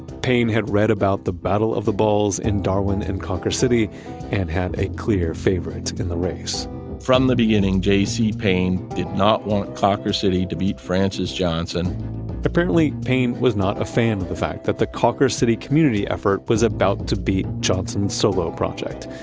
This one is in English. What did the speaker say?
payne had read about the battle of the balls in darwin and cawker city and had a clear favorite in the race from the beginning, j c. payne did not want cawker city to beat francis johnson apparently, payne was not a fan of the fact that the cawker city community effort was about to beat johnson's solo project.